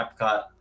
epcot